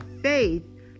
faith